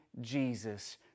Jesus